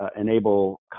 enable